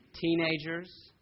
teenagers